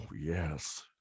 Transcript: yes